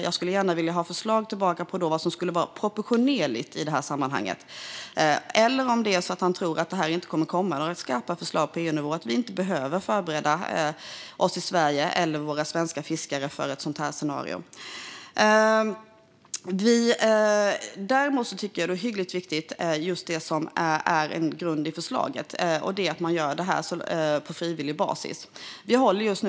Jag skulle gärna vilja få tillbaka förslag på vad som skulle vara proportionerligt i sammanhanget. Ledamoten tror kanske att det inte kommer att komma några skarpa förslag på EU-nivå och att vi i Sverige inte behöver förbereda oss eller våra svenska fiskare för ett sådant scenario. Men jag tycker att grunden i förslaget, att man gör det på frivillig basis, är ohyggligt viktig.